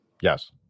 yes